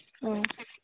ꯑꯥ